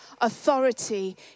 authority